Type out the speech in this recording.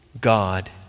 God